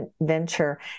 venture